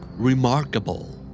Remarkable